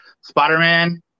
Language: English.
Spider-Man